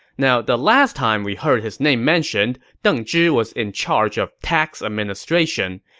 now, the last time we heard his name mentioned, deng zhi was in charge of tax administration.